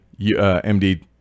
md